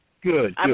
Good